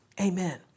Amen